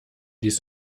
dies